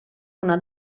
una